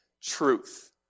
truth